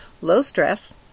low-stress